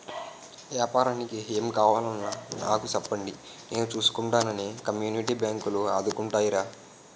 ఏపారానికి ఏం కావాలన్నా నాకు సెప్పండి నేను సూసుకుంటానని కమ్యూనిటీ బాంకులు ఆదుకుంటాయిరా